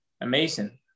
Amazing